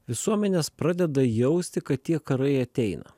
visuomenės pradeda jausti kad tie karai ateina